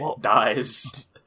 dies